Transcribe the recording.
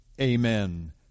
Amen